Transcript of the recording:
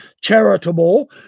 charitable